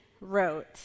wrote